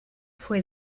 fue